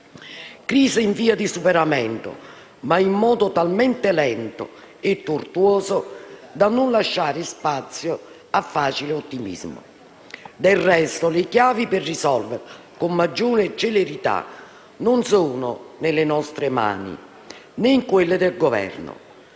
Crisi in via di superamento, ma in modo talmente lento e tortuoso da non lasciare spazio al facile ottimismo. Del resto, le chiavi per risolverla con maggiore celerità non sono nelle nostre mani, né in quelle del Governo.